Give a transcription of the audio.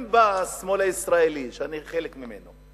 אם בא השמאל הישראלי שאני חלק ממנו,